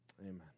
Amen